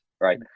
right